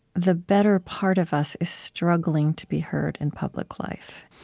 the better part of us is struggling to be heard in public life